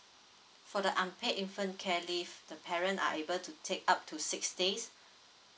for the unpaid infant care leave the parent are able to take up to six days